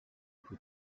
who